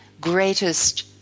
greatest